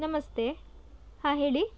ನಮಸ್ತೆ ಹಾಂ ಹೇಳಿ